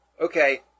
okay